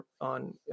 on